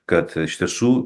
kad iš tiesų